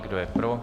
Kdo je pro?